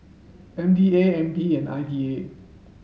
M B A N P and I D A